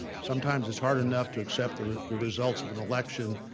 sometimes it's hard enough to accept the the results of an election,